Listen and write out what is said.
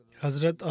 Hazrat